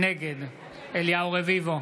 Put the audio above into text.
נגד אליהו רביבו,